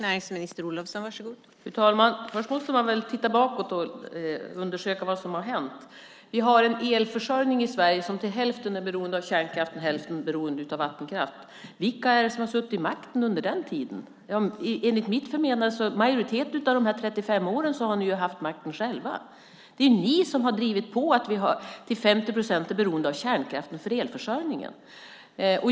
Fru talman! Först måste man väl titta bakåt och undersöka vad som har hänt. Vi har en elförsörjning i Sverige som till hälften är beroende av kärnkraft och till hälften är beroende av vattenkraft. Vilka är det som har suttit vid makten under tiden? Majoriteten av de senaste 35 åren har ni ju haft makten själva! Det är ni som har drivit på att vi till 50 procent är beroende av kärnkraften för elförsörjningen.